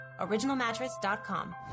OriginalMattress.com